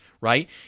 right